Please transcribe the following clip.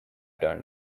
turned